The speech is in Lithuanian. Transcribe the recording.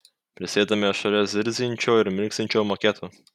prisėdame šalia zirziančio ir mirksinčio maketo